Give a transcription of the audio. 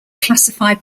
classified